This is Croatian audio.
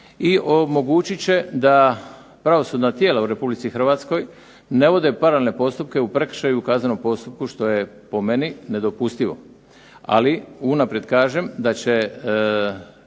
i omogućit će da pravosudna tijela u Republici Hrvatskoj ne vode paralelne postupke u prekršaju i u kaznenom postupku što je po meni nedopustivo. Ali unaprijed kažem da će